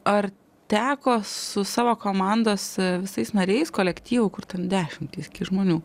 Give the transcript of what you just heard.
ar teko su savo komandos visais nariais kolektyvų kur ten dešimtys gi žmonių